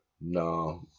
No